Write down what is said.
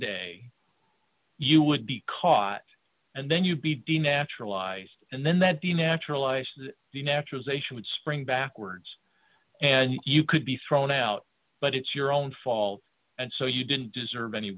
day you would be caught and then you'd be denaturalized and then that the naturalized you naturalization would spring backwards and you could be thrown out but it's your own fault and so you didn't deserve any